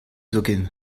zoken